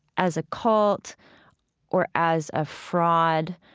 as a cult or as a fraud,